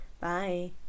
bye